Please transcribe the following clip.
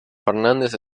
fernández